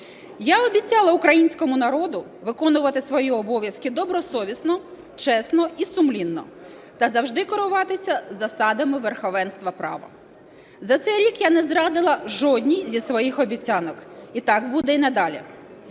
Я обіцяла українському народу виконувати свої обов'язки добросовісно, чесно і сумлінно та завжди керуватися засадами верховенства права. За цей рік я не зрадила жодній зі своїх обіцянок і так буде і надалі.